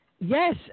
Yes